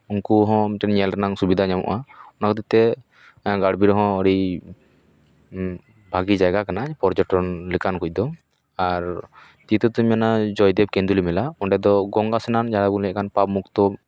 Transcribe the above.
ᱩᱱᱠᱩ ᱦᱚᱸ ᱢᱤᱫᱴᱮᱱ ᱧᱮᱞ ᱨᱮᱱᱟᱜ ᱥᱩᱵᱤᱫᱟ ᱧᱟᱢᱚᱜᱼᱟ ᱚᱱᱟ ᱠᱷᱟᱹᱛᱤᱨ ᱛᱮ ᱜᱟᱲ ᱵᱤᱨ ᱦᱚᱸ ᱟᱹᱰᱤ ᱵᱷᱟᱹᱜᱤ ᱡᱟᱭᱜᱟ ᱠᱟᱱᱟ ᱯᱚᱨᱡᱚᱴᱚᱱ ᱞᱮᱠᱟᱱ ᱠᱚ ᱫᱚ ᱟᱨ ᱱᱤᱛᱚᱜ ᱫᱩᱧ ᱢᱮᱱᱟ ᱡᱚᱭᱫᱮᱵ ᱠᱮᱫᱩᱞᱤ ᱢᱮᱞᱟ ᱚᱸᱰᱮ ᱫᱚ ᱜᱚᱝᱜᱟ ᱥᱮᱱᱟᱱ ᱡᱟᱦᱟᱸ ᱵᱚᱱ ᱞᱟᱹᱭᱮᱫ ᱠᱟᱱᱟ ᱯᱟᱯ ᱢᱩᱠᱛᱚ